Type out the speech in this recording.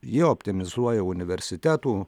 ji optimizuoja universitetų